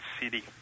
city